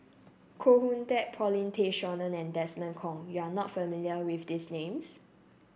Koh Hoon Teck Paulin Tay Straughan and Desmond Kon you are not familiar with these names